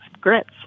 grits